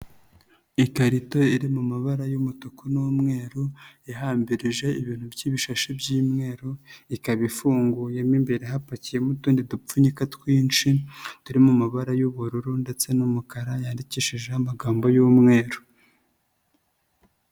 Ikarito iri mu mabara y'umutuku n'umweru, ihambirije ibintu by'ibishashi by'imweru ikaba ifunguyemo imbere hapakiyemo utundi dupfunyika twinshi, turi mu mabara y'ubururu ndetse n'umukara yandikishijeho amagambo y'umweru.